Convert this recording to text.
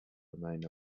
remain